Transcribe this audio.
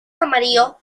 amarillo